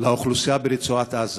לאוכלוסייה ברצועת עזה,